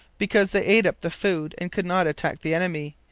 because they ate up the food and could not attack the enemy,